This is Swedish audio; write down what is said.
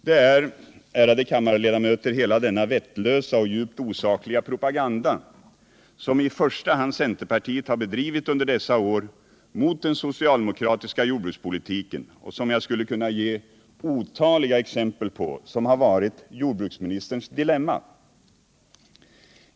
Det är, ärade kammarledamöter, hela denna vettlösa och djupt osakliga propaganda som i första hand centerpartiet under dessa år har bedrivit mot den socialdemokratiska jordbrukspolitiken, och som jag skulle kunna ge otaliga exempel på, som har varit jordbruksministerns dilemma.